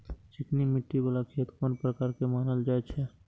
चिकनी मिट्टी बाला खेत कोन प्रकार के मानल जाय छै?